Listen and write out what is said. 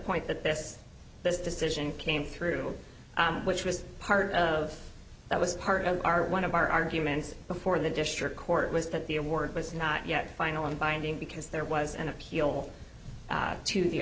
point that this this decision came through which was part of that was part of our one of our arguments before the district court was that the award was not yet final and binding because there was an appeal to the